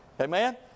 Amen